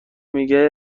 میگه